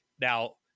Now